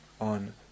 on